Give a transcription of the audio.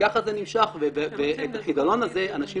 כך זה נמשך ואת החידלון הזה אנשים